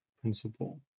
principle